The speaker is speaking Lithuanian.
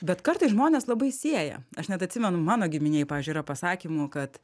bet kartais žmonės labai sieja aš net atsimenu mano giminėj pavyzdžiui yra pasakymų kad